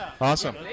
Awesome